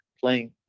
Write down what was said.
playing